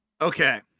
Okay